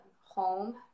home